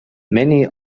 many